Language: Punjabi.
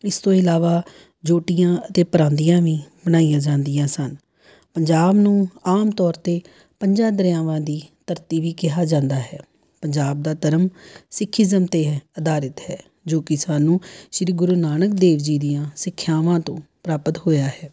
ਇਸ ਤੋਂ ਇਲਾਵਾ ਜੋਟੀਆਂ ਅਤੇ ਪਰਾਂਦੀਆਂ ਵੀ ਬਣਾਈਆਂ ਜਾਂਦੀਆਂ ਸਨ ਪੰਜਾਬ ਨੂੰ ਆਮ ਤੌਰ 'ਤੇ ਪੰਜਾਂ ਦਰਿਆਵਾਂ ਦੀ ਧਰਤੀ ਵੀ ਕਿਹਾ ਜਾਂਦਾ ਹੈ ਪੰਜਾਬ ਦਾ ਧਰਮ ਸਿੱਖੀਜ਼ਮ ਤੇ ਹੈ ਅਧਾਰਿਤ ਹੈ ਜੋ ਕੀ ਸਾਨੂੰ ਸ਼੍ਰੀ ਗੁਰੂ ਨਾਨਕ ਦੇਵ ਜੀ ਦੀਆਂ ਸਿੱਖਿਆਵਾਂ ਤੋਂ ਪ੍ਰਾਪਤ ਹੋਇਆ ਹੈ